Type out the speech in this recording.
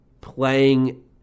playing